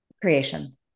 Creation